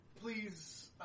Please